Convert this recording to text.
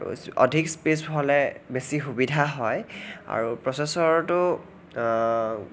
অধিক স্পেছ হ'লে বেছি সুবিধা হয় আৰু প্ৰছেচৰটো